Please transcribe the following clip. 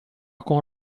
con